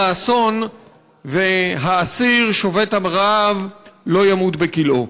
אסון והאסיר שובת הרעב לא ימות בכלאו.